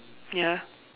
ya